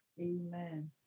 Amen